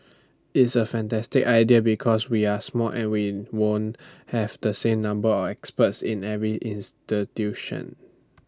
it's A fantastic idea because we're small and we won't have the same number of experts in every institution